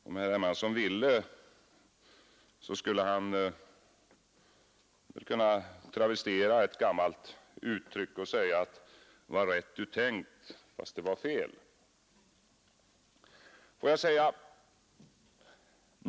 Om herr Hermansson ville skulle han kunna travestera ett gammalt uttryck och säga: Vad rätt du tänkt, fast det var fel.